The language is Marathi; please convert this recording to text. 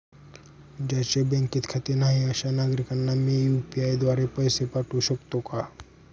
ज्यांचे बँकेत खाते नाही अशा नागरीकांना मी यू.पी.आय द्वारे पैसे पाठवू शकतो का?